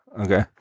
Okay